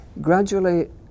gradually